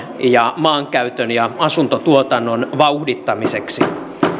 ja maankäytön ja asuntotuotannon vauhdittamiseksi